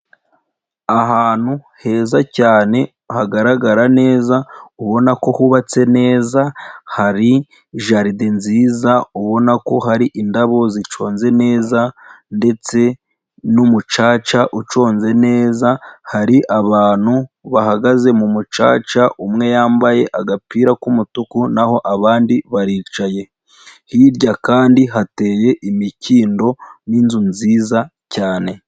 Ahantu heza cyane hagaragara neza ubona ko hubatse neza hari jaride nziza ubona ko hari indabo ziconze neza ndetse n'umucaca uconze neza hari abantu bahagaze mu mucaca umwe yambaye agapira k'umutuku naho abandi baricaye, hirya kandi hateye imikindo n'inzu nziza cyane.